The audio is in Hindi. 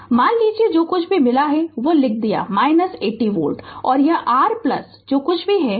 Refer Slide Time 0641 मान लीजिए जो कुछ भी मिला है वह लिख दिया 80 वोल्ट और यह r प्लस जो कुछ भी है